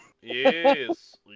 Yes